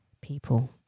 people